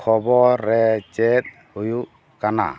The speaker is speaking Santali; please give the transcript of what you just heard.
ᱠᱷᱚᱵᱚᱨ ᱨᱮ ᱪᱮᱫ ᱦᱩᱭᱩᱜ ᱠᱟᱱᱟ